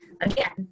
Again